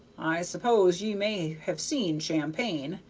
i suppose ye may have seen champagne,